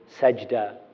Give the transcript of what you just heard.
sajda